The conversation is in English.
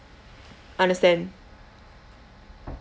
understand